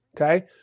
Okay